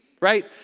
right